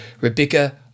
Rebecca